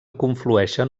conflueixen